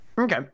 Okay